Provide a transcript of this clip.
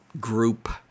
group